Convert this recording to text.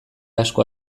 asko